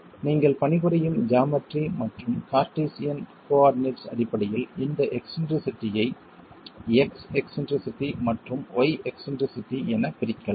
நீங்கள் பணிபுரியும் ஜாமெட்ரி மற்றும் கார்ட்டீசியன் கோஆர்டினேட்டஸ் அடிப்படையில் இந்த எக்ஸ்ன்ட்ரிசிட்டியை x எக்ஸ்ன்ட்ரிசிட்டி மற்றும் y எக்ஸ்ன்ட்ரிசிட்டி என பிரிக்கலாம்